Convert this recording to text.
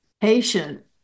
patient